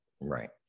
Right